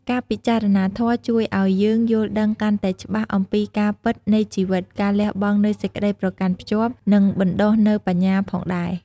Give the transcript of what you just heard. ការពិចារណាធម៌ជួយឱ្យយើងយល់ដឹងកាន់តែច្បាស់អំពីការពិតនៃជីវិត ការលះបង់នូវសេចក្តីប្រកាន់ខ្ជាប់ និងបណ្ដុះនូវបញ្ញាផងដែរ។